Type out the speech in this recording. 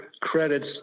credits